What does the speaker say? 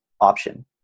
option